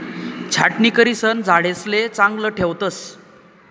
छाटणी करिसन झाडेसले चांगलं ठेवतस